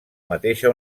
mateixa